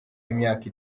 imyaka